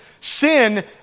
Sin